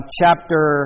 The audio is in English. chapter